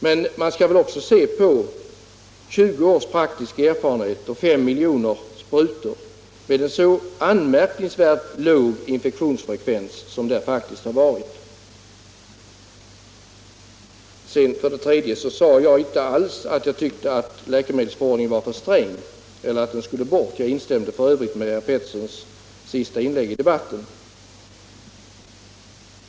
Men man skall väl också se på 20 års praktiska erfarenheter av fem miljoner sprutor med en så anmärkningsvärt låg infektionsfrekvens som där faktiskt kan påvisas. Sedan sade jag inte alls att jag tyckte att läkemedelsförordningen var för sträng eller att den skulle bort. Jag instämde f.ö. i herr Peterssons i Röstånga senaste inlägg i debatten.